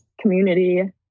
community